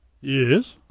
yes